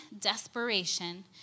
desperation